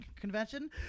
Convention